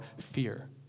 fear